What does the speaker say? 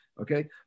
Okay